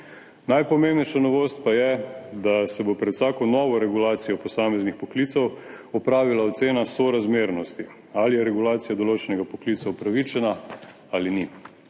Najpomembnejša novost pa je, da se bo pred vsako novo regulacijo posameznih poklicev opravila ocena sorazmernosti, ali je regulacija določenega poklica upravičena ali ni.